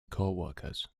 coworkers